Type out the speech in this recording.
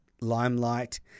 limelight